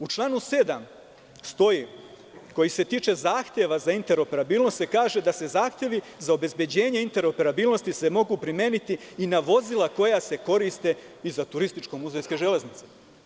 U članu 7. stoji – koji se tiče zahteva za interoperabilnost se kaže da se zahtevi za obezbeđenje interoperabilnosti se mogu primeniti i na vozila koja se koriste i za turističko-muzejske železnice.